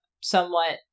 somewhat